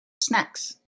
snacks